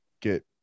get